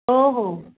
हो हो